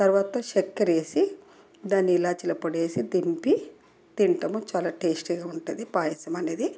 తర్వాత చక్కెర వేసి దాని ఇలాచీల పొడి వేసి దింపి తింటాము చాలా టేస్టీగా ఉంటుంది పాయసం అనేది